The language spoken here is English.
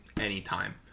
anytime